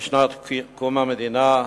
בשנות קום המדינה,